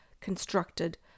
constructed